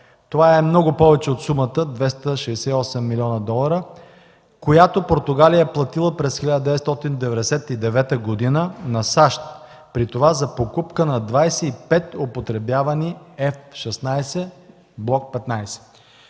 Това е много повече от сумата 268 млн. долара, която Португалия е платила през 1999 г. на САЩ, при това за покупка на 25 употребявани F-16, блок 15.